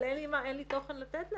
אבל אין לי תוכן לתת להם.